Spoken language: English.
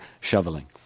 shoveling